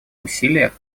усилиях